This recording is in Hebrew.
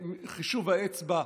בחישוב אצבע,